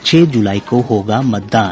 छह जुलाई को होगा मतदान